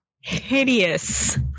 hideous